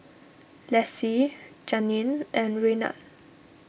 Lessie Janeen and Raynard